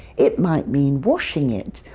it might mean washing it,